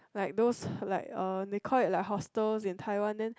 like those like uh they call it like hostels in taiwan then